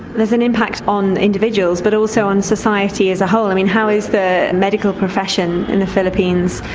there's an impact on individuals, but also on society as a whole. i mean, how is the medical profession in the philippines,